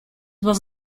was